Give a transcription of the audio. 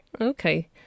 Okay